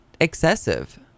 excessive